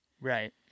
right